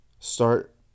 start